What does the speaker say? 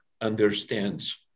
understands